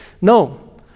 No